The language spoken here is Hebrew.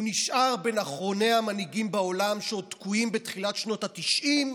הוא נשאר בין אחרוני המנהיגים בעולם שעוד תקועים בתחילת שנות התשעים,